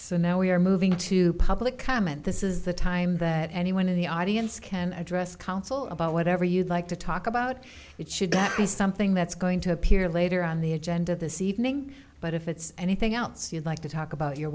so now we're moving to public comment this is the time that anyone in the audience can address council about whatever you'd like to talk about it should be something that's going to appear later on the agenda this evening but if it's anything else you'd like to talk